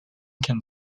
can